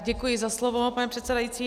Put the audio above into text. Děkuji za slovo, pane předsedající.